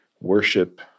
worship